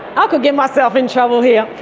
ah could get myself in trouble here!